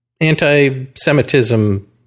anti-Semitism